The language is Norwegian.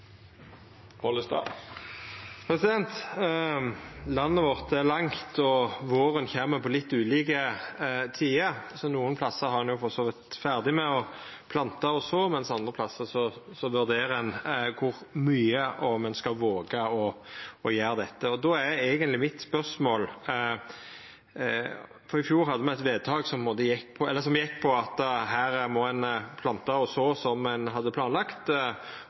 Landet vårt er langt, og våren kjem på litt ulike tider, så nokre plassar er ein for så vidt ferdig med å planta og så, mens andre plassar vurderer ein om ein skal våga å gjera dette – og kor mykje. I fjor hadde me eit vedtak som gjekk ut på at her må ein planta og så som ein hadde planlagt,